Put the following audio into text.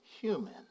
human